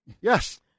Yes